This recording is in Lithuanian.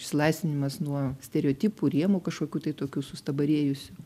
išsilaisvinimas nuo stereotipų rėmų kažkokių tai tokių sustabarėjusių